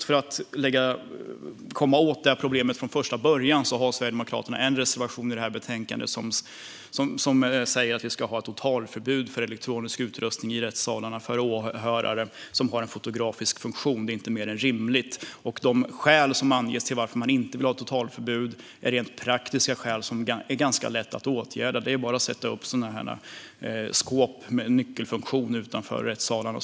För att komma åt det problemet har Sverigedemokraterna en reservation i betänkandet där det står att det för åhörare ska vara totalförbud mot att i rättssalarna ha elektronisk utrustning som har en fotografisk funktion. Det är inte mer än rimligt. De skäl som anges för att inte ha ett totalförbud är praktiska skäl som är ganska lätta att åtgärda. Det är bara att sätta upp skåp med nyckelfunktion utanför rättssalarna.